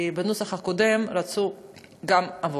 כי בנוסח הקודם רצו גם עוון.